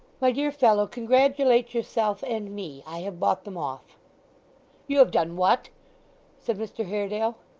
my dear fellow, congratulate yourself, and me. i have bought them off you have done what said mr haredale.